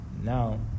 now